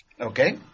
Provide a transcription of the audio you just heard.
Okay